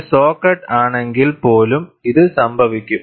ഒരു saw cut ആണെങ്കിൽ പോലും ഇത് സംഭവിക്കും